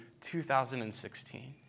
2016